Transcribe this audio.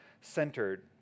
centered